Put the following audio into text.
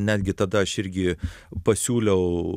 netgi tada aš irgi pasiūliau